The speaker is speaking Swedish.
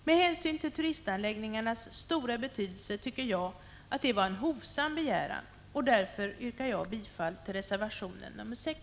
Med hänsyn till turistanläggningarnas stora betydelse tycker jag att det är en hovsam begäran och yrkar därför bifall till reservation nr 6.